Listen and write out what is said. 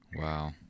wow